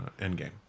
Endgame